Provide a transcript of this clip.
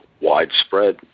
widespread